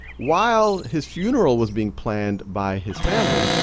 while his funeral was being planned by his family,